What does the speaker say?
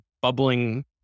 bubbling